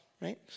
right